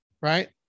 right